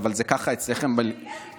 אבל זה ככה אצלכם בליכודקרטיה.